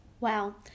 Wow